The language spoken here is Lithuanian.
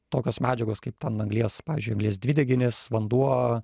tokios medžiagos kaip ten anglies pavyzdžiui anglies dvideginis vanduo